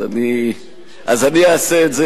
אני אעשה את זה